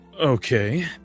okay